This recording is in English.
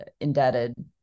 indebted